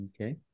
Okay